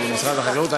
או במשרד החקלאות,